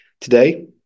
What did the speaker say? Today